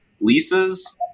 leases